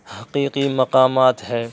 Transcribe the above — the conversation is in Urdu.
حقیقی مقامات ہے